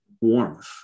warmth